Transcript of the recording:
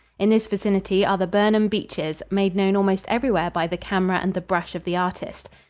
in this vicinity are the burnham beeches, made known almost everywhere by the camera and the brush of the artist.